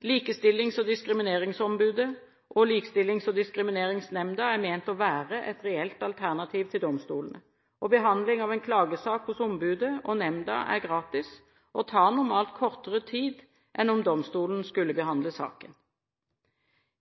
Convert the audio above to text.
Likestillings- og diskrimineringsombudet og Likestillings- og diskrimineringsnemnda er ment å være et reelt alternativ til domstolene, og behandling av en klagesak hos ombudet og nemnda er gratis og tar normalt kortere tid enn om domstolen skulle ha behandlet saken.